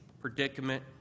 predicament